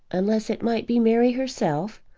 unless it might be mary herself,